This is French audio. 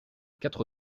quatre